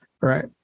right